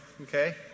okay